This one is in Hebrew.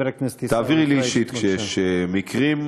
תעבירי לי אישית, כשיש מקרים.